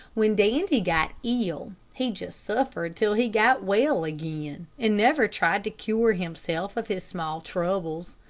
when dandy got ill he just suffered till he got well again, and never tried to cure himself of his small troubles.